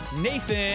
Nathan